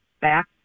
back